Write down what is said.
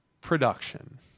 production